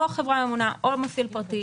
או החברה הממונה או המפעיל הפרטי,